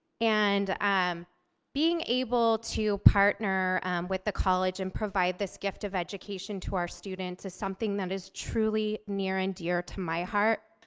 and being able to partner with the college and provide this gift of education to our students is something that is truly near and dear to my heart.